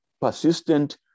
Persistent